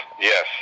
yes